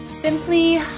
simply